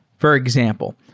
for example.